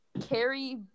Carrie